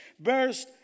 Verse